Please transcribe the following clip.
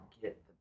get